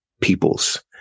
peoples